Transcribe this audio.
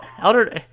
Elder